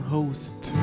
Host